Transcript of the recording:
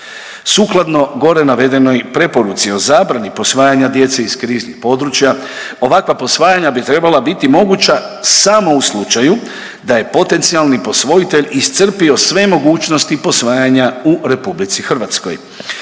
Sukladno gore navedenoj preporuci o zabrani posvajanja djece iz kriznih područja ovakva posvajanja bi trebala biti moguća samo u slučaju da je potencijalni posvojitelj iscrpio sve mogućnosti posvajanja u RH ili kako